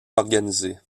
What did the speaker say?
organisées